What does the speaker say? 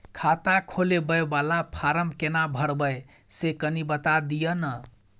खाता खोलैबय वाला फारम केना भरबै से कनी बात दिय न?